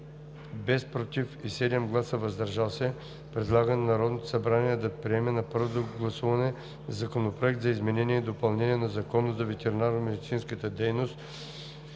без „против“ и 7 гласа „въздържал се“ предлага на Народното събрание да приеме на първо гласуване Законопроект за изменение и допълнение на Закона за ветеринарномедицинската дейност,